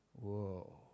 Whoa